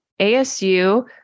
ASU